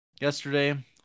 Yesterday